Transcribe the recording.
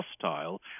hostile